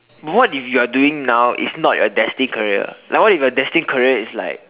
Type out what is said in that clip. but what if you are doing now is your destined career like what if your destined career is like